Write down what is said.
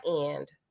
end